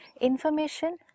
Information